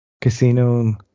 casino